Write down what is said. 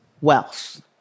wealth